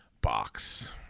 box